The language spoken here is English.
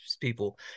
people